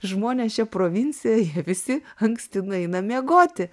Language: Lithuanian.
žmonės čia provincija jie visi anksti nueina miegoti